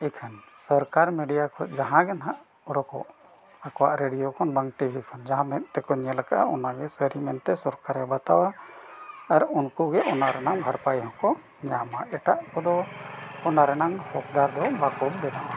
ᱮᱠᱷᱟᱱ ᱥᱚᱨᱠᱟᱨ ᱢᱤᱰᱤᱭᱟ ᱠᱷᱚᱡ ᱡᱟᱦᱟᱸ ᱜᱮ ᱱᱟᱦᱟᱜ ᱨᱚᱠᱚᱢ ᱟᱠᱚᱣᱟᱜ ᱨᱮᱰᱤᱭᱳ ᱠᱷᱚᱱ ᱵᱟᱝ ᱴᱤᱵᱷᱤ ᱠᱷᱚᱱ ᱡᱟᱦᱟᱸ ᱢᱮᱫ ᱛᱮᱠᱚ ᱧᱮᱞ ᱠᱟᱜᱼᱟ ᱚᱱᱟ ᱜᱮ ᱥᱟᱹᱨᱤ ᱢᱮᱱᱛᱮ ᱥᱚᱨᱠᱟᱨᱮ ᱵᱟᱛᱟᱣᱟ ᱟᱨ ᱩᱱᱠᱩ ᱜᱮ ᱚᱱᱟ ᱨᱮᱱᱟᱜ ᱵᱷᱟᱨᱯᱟᱭ ᱦᱚᱸᱠᱚ ᱧᱟᱢᱟ ᱮᱴᱟᱜ ᱠᱚᱫᱚ ᱚᱱᱟ ᱨᱮᱱᱟᱝ ᱦᱚᱯᱫᱟᱨ ᱫᱚ ᱵᱟᱠᱚ ᱵᱮᱱᱟᱣᱟ